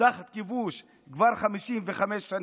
תחת כיבוש כבר 55 שנים,